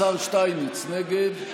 השר שטייניץ, נגד,